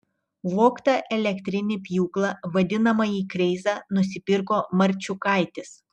vogtą elektrinį pjūklą vadinamąjį kreizą nusipirko marčiukaitis